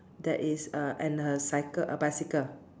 that is uh and her cycle uh bicycle